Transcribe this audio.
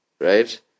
right